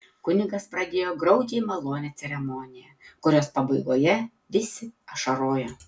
kunigas pradėjo graudžiai malonią ceremoniją kurios pabaigoje visi ašarojo